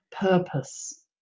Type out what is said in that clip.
purpose